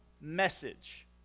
message